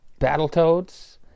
Battletoads